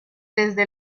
desde